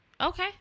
okay